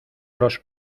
los